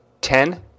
ten